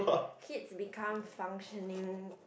kids become functioning